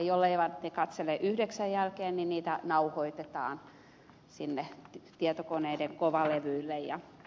jolleivät he katsele yhdeksän jälkeen niin niitä nauhoitetaan sinne tietokoneiden kovalevyille